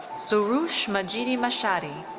soroosh majidi-mashhadi.